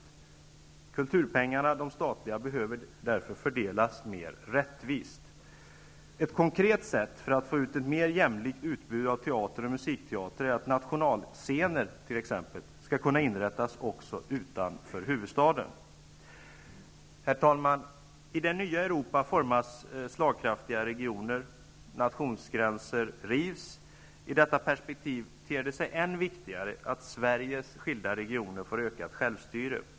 De statliga kulturpengarna behöver därför fördelas mer rättvist. Ett konkret sätt att få ett mer jämlikt utbud av teater och musikteater är att nationalscener skall kunna inrättas också utanför huvudstaden. Herr talman! I det nya Europa formas slagkraftiga regioner och nationsgränser rivs. I detta perspektiv ter det sig än viktigare att Sveriges skilda regioner får ökat självstyre.